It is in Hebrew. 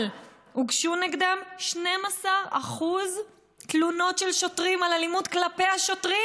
אבל הוגשו נגדם 12% תלונות של שוטרים על אלימות כלפי השוטרים.